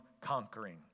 conquering